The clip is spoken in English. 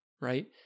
right